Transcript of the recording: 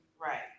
Right